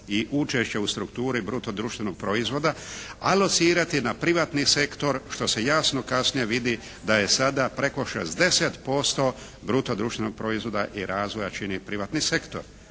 i učešća u strukturi bruto društvenog proizvoda, alocirati na privatni sektor što se jasno kasnije vidi da je sada preko 60% bruto društvenog proizvoda i razvoja čini privatni sektor.